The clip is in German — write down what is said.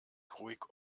ruhig